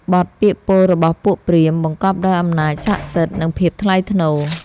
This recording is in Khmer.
បទពាក្យពោលរបស់ពួកព្រាហ្មណ៍ បង្កប់ដោយអំណាចស័ក្តិសិទ្ធិ និងភាពថ្លៃថ្នូរ។